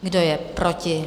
Kdo je proti?